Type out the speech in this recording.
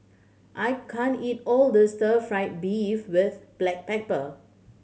I can't eat all this Stir Fry beef with black pepper